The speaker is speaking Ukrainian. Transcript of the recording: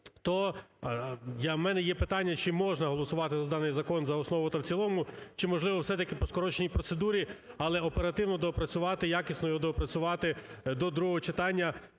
то у мене є питання, чи можна голосувати за даний закон за основу та в цілому, чи можливо все-таки по скороченій процедурі, але оперативно доопрацювати, якісно його доопрацювати до другого читання,